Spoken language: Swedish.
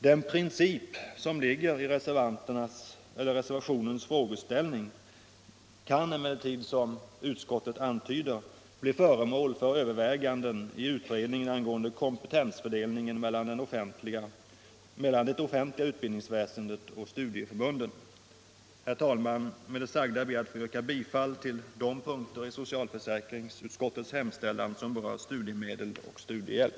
Den princip som ligger i reservationens frågeställning kan emellertid, som utskottet antyder, bli föremål för överväganden i utredningen angående kompetensfördelningen mellan det offentliga utbildningsväsendet och studieförbunden. Herr talman! Med det sagda ber jag att få yrka bifall till de punkter i socialförsäkringsutskottets hemställan som berör studiemedel och studiehjälp.